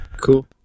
cool